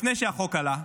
לפני שהחוק עלה,